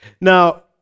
Now